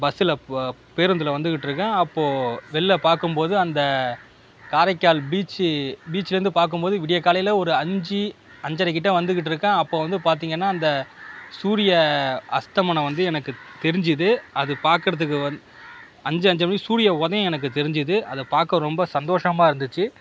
பஸில் ப பேருந்தில் வந்துக்கிட்டு இருக்கேன் அப்போது வெளில் பார்க்கும்போது அந்த காரைக்கால் பீச்சி பீச்சிலேருந்து பார்க்கும்போது விடியக்காலையில் ஒரு அஞ்சு அஞ்சரைகிட்ட வந்துக்கிட்டு இருக்கேன் அப்போது வந்து பார்த்தீங்கன்னா அந்த சூரிய அஸ்தமனம் வந்து எனக்கு தெரிஞ்சது அது பார்க்குறதுக்கு வந் அஞ்சு அஞ்சரை மணிக்கு சூரிய உதயம் எனக்கு தெரிஞ்சது அதை பார்க்க ரொம்ப சந்தோஷமாக இருந்துச்சு